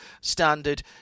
standard